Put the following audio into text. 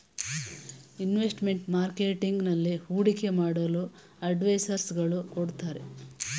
investment marketing ನಲ್ಲಿ ಹೂಡಿಕೆ ಮಾಡಲು ಅಡ್ವೈಸರ್ಸ್ ಗಳು ಕೊಡುತ್ತಾರೆ